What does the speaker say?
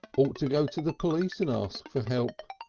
ought to go to the police and ask for help!